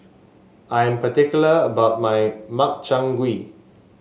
I'm particular about my Makchang Gui